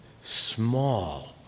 small